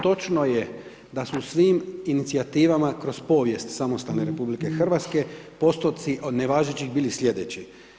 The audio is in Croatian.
Znači točno je da su u svim inicijativama kroz povijest samostalne RH postoci od nevažećih bili sljedeći.